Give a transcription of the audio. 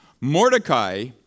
Mordecai